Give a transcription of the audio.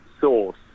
source